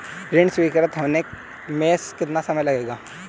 ऋण स्वीकृत होने में कितना समय लगेगा?